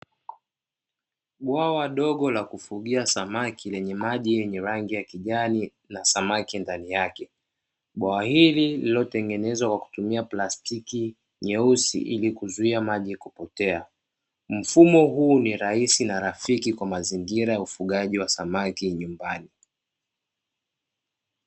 Bwawa dogo la kufugia samaki lenye maji yenye rangi ya kijani na samaki ndani yake, bwawa hili lililotengenezwa kwa kutumia plastiki nyeusi ili kuzuia maji kupotea, mfumo huu ni rahisi na rafiki kwa mazingira ya ufugaji wa samaki nyumbani.